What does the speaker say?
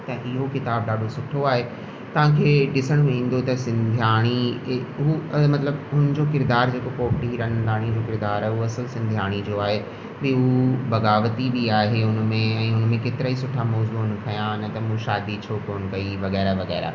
ऐं इहो किताबु ॾाढो सुठो आहे तव्हांखे ॾिसण में ईंदो त सिंधियाणी मतिलबु हुनजो किरदार जेको पोपटी हीरानंदाणी जो किरिदारु आहे उहा असुल सिंधियाणी जो आहे की हू बगावती बि आहे हुन में ऐं हुन में केतिरा ई सुठा मजमूआ हुन खया आहिनि त मूं शादी छो कोन कई वग़ैरह वग़ैरह